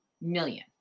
million